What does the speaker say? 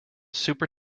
super